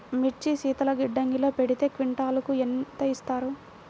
మిర్చి శీతల గిడ్డంగిలో పెడితే క్వింటాలుకు ఎంత ఇస్తారు?